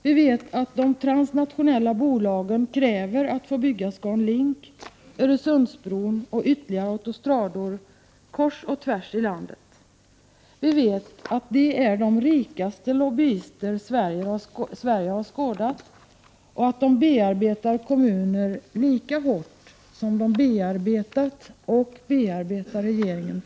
Vi vet att de transnationella bolagen kräver att få bygga ScanLink, Öresundsbron och ytterligare autostrador kors och tvärs i landet. Vi vet att de är de rikaste lobbyister Sverige har skådat och att de bearbetar kommuner lika hårt som de bearbetat och fortfarande bearbetar regeringen.